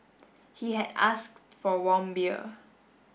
he had asked for warm beer